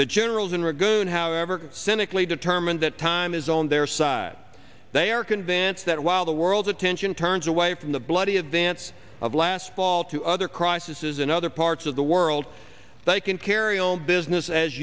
the generals in oregon however cynically determined that time is on their side they are convinced that while the world's attention turns away from the bloody events of last fall to other crisis is in other parts of the world they can carry on business as